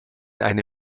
eine